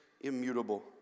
immutable